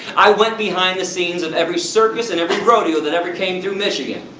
i went behind the scenes of every circus and every rodeo that ever came through michigan.